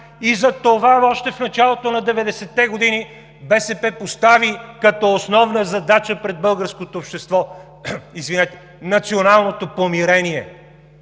и затова още в началото на 90-те години БСП постави като основна задача пред българското общество националното помирение.